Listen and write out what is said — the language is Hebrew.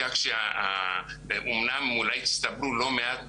כך שאת זה הייתי רוצה שתורידו מעל לפרק.